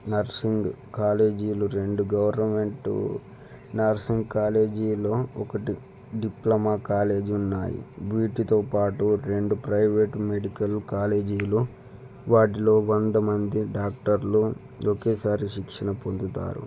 nursing కాలేజీలు రెండు government nursing కాలేజీలో ఒకటి డిప్లొమా కాలేజీ ఉన్నాయి వీటితో పాటు రెండు ప్రైవేటు మెడికల్ కాలేజీలు వాటిలో కొంత మంది డాక్టర్లు ఒకేసారి శిక్షణ పొందుతారు